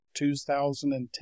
2010